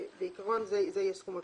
בעיקרון זה יהיה סכום הפיקדון.